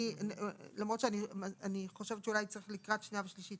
התשל"ה-1975 אני חושבת שאולי לקראת השנייה והשלישית